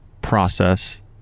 process